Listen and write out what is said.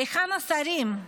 היכן השרים?